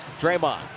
Draymond